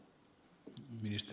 herra puhemies